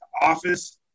Office